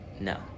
No